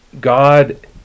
God